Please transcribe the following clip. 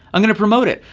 i'm gonna promote it.